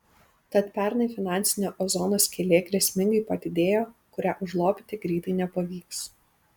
tad pernai finansinė ozono skylė grėsmingai padidėjo kurią užlopyti greitai nepavyks